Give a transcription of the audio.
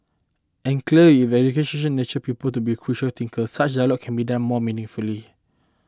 and clearly if the education nurtured people to be critical thinker such dialogue can be done more meaningfully